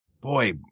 boy